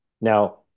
Now